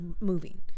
Moving